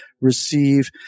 receive